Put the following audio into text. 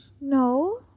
No